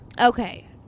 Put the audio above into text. Okay